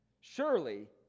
Surely